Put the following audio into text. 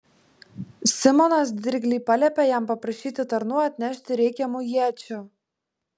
simonas dirgliai paliepė jam paprašyti tarnų atnešti reikiamų iečių